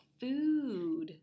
food